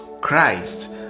christ